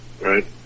right